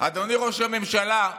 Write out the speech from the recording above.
אדוני ראש הממשלה,